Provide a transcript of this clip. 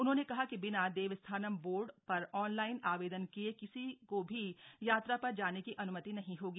उन्होंने कहा कि बिना देवस्थानम बोर्ड पर ऑनलाइन आवेदन किए किसी को भी यात्रा पर जाने की अन्मति नहीं होगी